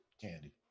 candy